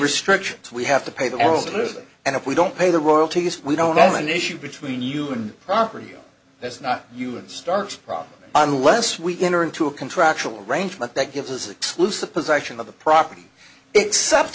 restrictions we have to pay the elders and if we don't pay the royalties we don't know an issue between you and property that's not you and start problem unless we enter into a contractual arrangement that gives us exclusive possession of the property except